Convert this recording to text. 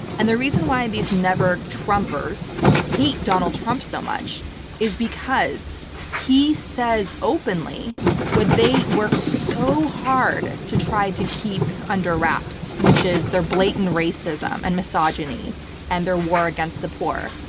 and the reason why these never trumpers hate donald trump so much is because he says openly what they work so hard to try to keep under wraps, which is their blatant racism and misogyny and their war against the poor.